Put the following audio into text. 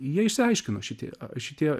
jie išsiaiškino šitie šitie